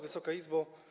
Wysoka Izbo!